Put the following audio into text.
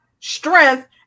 Strength